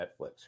Netflix